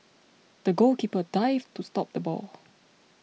the goalkeeper dived to stop the ball